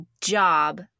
job